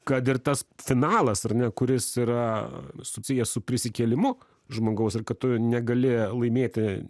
kad ir tas finalas ar ne kuris yra susijęs su prisikėlimu žmogaus ir kad tu negali laimėti